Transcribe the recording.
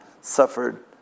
suffered